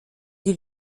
die